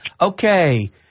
Okay